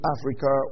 Africa